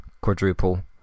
quadruple